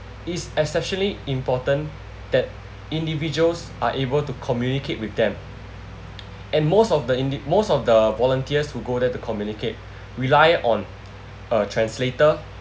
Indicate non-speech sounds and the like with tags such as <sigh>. is exceptionally important that individuals are able to communicate with them <noise> and most of the indi~ most of the volunteers who go there to communicate <breath> rely on a translator